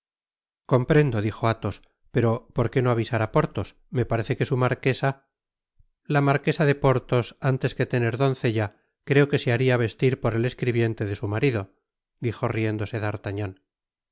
comprendo dijo athos pero porque no avisar á porthos me parece que su marquesa la marquesa de porthos antes que tener doncella creo que se haria vestir por et escribiente de su marido dijo riéndose d'artagnan y